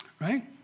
right